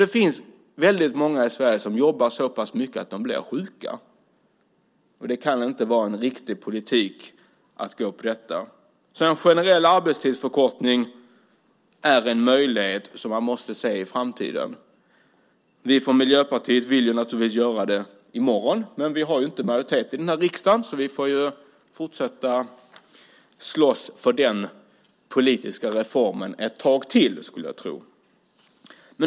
Det finns väldigt många i Sverige som jobbar så pass mycket att de blir sjuka. Det kan inte vara en riktig politik att gå på den linjen. En generell arbetstidsförkortning är en möjlighet i framtiden som man måste se. Vi i Miljöpartiet vill naturligtvis genomföra det redan i morgon. Men vi har inte majoritet här i riksdagen så vi får fortsätta att slåss för den politiska reformen ett tag till, skulle jag tro.